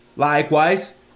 Likewise